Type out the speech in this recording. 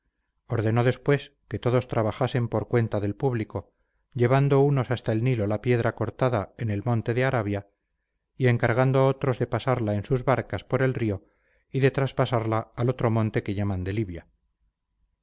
ordenó después que todos trabajasen por cuenta del público llevando unos hasta el nilo la piedra cortada en el monte de arabia y encargándose otros de pasarla en sus barcas por el río y de traspasarla al otro monte que llaman de libia